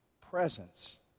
presence